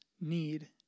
need